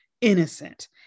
innocent